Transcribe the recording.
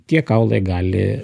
tie kaulai gali